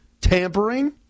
Tampering